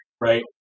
right